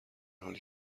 حالی